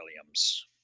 Williams